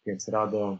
kai atsirado